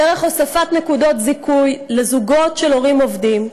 דרך הוספת נקודות זיכוי לזוגות של הורים עובדים,